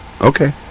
Okay